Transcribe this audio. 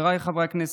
חבריי חברי הכנסת,